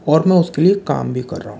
और मैं उसके लिए काम भी कर रहा हूँ